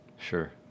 Sure